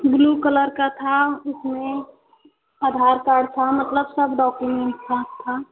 blue colour का था उसमें अधार कार्ड था मतलब सब डॉक्यूमेंट था था